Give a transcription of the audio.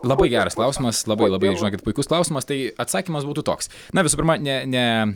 labai geras klausimas labai labai žinokit puikus klausimas tai atsakymas būtų toks na visų pirma ne ne